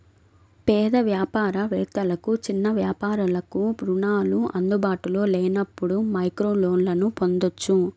పేద వ్యాపార వేత్తలకు, చిన్న వ్యాపారాలకు రుణాలు అందుబాటులో లేనప్పుడు మైక్రోలోన్లను పొందొచ్చు